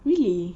really